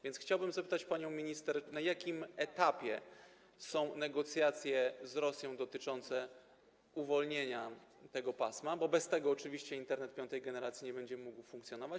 Więc chciałbym zapytać panią minister, na jakim etapie są negocjacje z Rosją dotyczące uwolnienia tego pasma, bo bez tego oczywiście Internet piątej generacji nie będzie mógł funkcjonować.